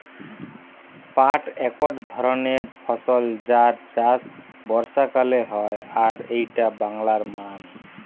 পাট একট ধরণের ফসল যার চাষ বর্ষাকালে হয় আর এইটা বাংলার মান